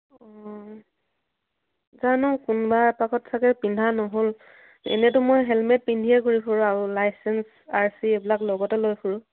অঁ জানো কোনোবা এপাকত চাগৈ পিন্ধা নহ'ল এনেইতো মই হেলমেট পিন্ধিয়েই ঘূৰি ফুৰোঁ আৰু লাইচেন্স আৰ চি এইবিলাক লগতে লৈ ফুৰোঁ